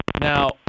Now